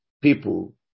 people